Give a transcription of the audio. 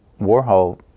Warhol